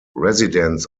residents